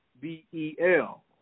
B-E-L